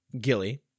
Gilly